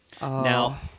Now